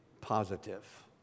positive